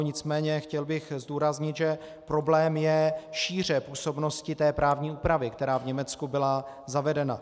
Nicméně chtěl bych zdůraznit, že problém je šíře působnosti té právní úpravy, která v Německu byla zavedena.